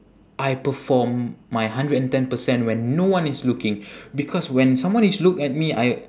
I perform my hundred and ten percent when no one is looking because when someone is look at me I